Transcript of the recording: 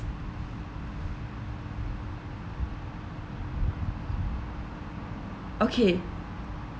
okay